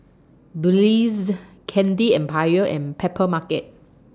Breeze Candy Empire and Papermarket